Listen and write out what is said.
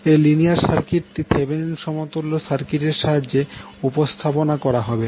এই লিনিয়ার সার্কিটটি থেভেনিন সমতুল্য সার্কিট এর সাহায্যে উপস্থাপন করা হবে